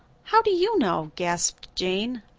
how do you know? gasped jane,